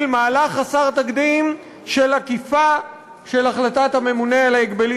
מהלך חסר תקדים של עקיפה של החלטת הממונה על ההגבלים